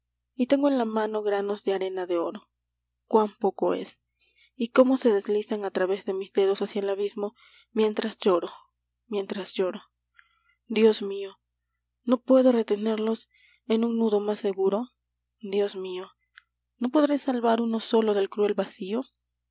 y tengo en la mano granos de arena de oro cuán poco es y cómo se deslizan a través de mis dedos hacia el abismo mientras lloro mientras lloro dios mío no puedo retenerlos en un nudo más seguro dios mío no podré salvar uno solo del cruel vacío